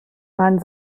man